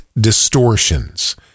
distortions